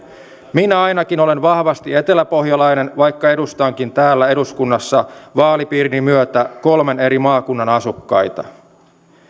minä ainakin olen vahvasti eteläpohjalainen vaikka edustankin täällä eduskunnassa vaalipiirini myötä kolmen eri maakunnan asukkaita